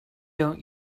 don’t